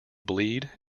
bleed